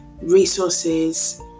Resources